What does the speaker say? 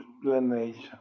explanation